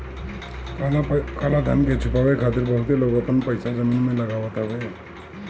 काला धन के छुपावे खातिर बहुते लोग आपन पईसा जमीन में लगावत हवे